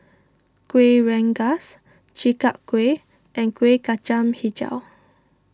Kuih Rengas Chi Kak Kuih and Kuih Kacang HiJau